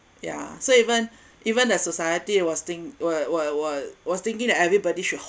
yeah so even even the society was think wa~ wa~ wa~ was thinking that everybody should